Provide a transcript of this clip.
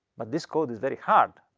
but this code is very hard.